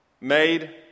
made